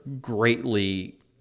greatly